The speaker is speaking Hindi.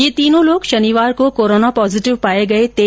ये तीनों लोग शनिवार को कोरोना पॉजीटिव पाये गये